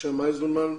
משה מייזלמן,